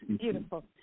Beautiful